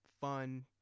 fun